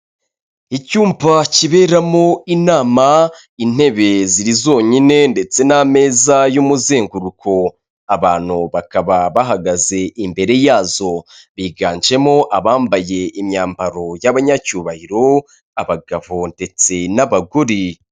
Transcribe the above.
Icyumba kiberamo inama, intebe ziri zonyine ndetse n'ameza y'umuzenguruko, abantu bakaba bahagaze imbere yazo, biganjemo abambaye imyambaro y'abanyacyubahiro, abagabo ndetse n'abagore.